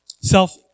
self